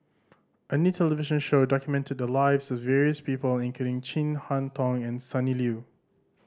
a new television show documented the lives of various people including Chin Harn Tong and Sonny Liew